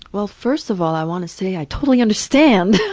well first of all i want to say i totally understand.